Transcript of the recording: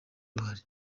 ruhari